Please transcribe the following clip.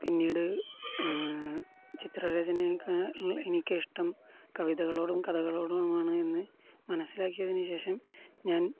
പിന്നീടു ചിത്രരചനയെക്കാള് എനിക്കിഷ്ടം കവിതകളോടും കഥകളോടുമാണ് എന്നു മനസ്സിലാക്കിയതിനുശേഷം ഞാൻ